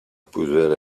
pudeur